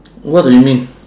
what do you mean